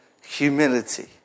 humility